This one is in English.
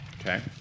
Okay